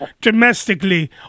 domestically